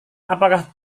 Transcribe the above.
apakah